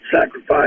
sacrifice